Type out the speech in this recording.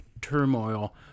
turmoil